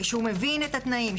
שהוא מבין את התנאים,